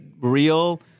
real